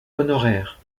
honoraire